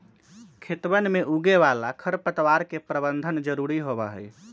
खेतवन में उगे वाला खरपतवार के प्रबंधन जरूरी होबा हई